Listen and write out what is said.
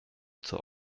zur